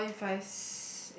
well if I